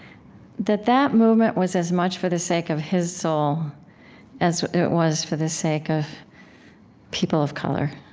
that that movement was as much for the sake of his soul as it was for the sake of people of color